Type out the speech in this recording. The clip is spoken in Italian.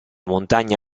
montagna